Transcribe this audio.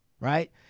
right